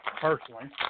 personally